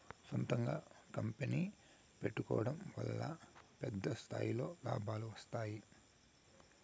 సొంతంగా కంపెనీ పెట్టుకోడం వల్ల పెద్ద స్థాయిలో లాభాలు వస్తాయి